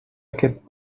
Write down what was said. aquest